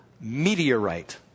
meteorite